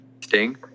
Sting